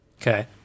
Okay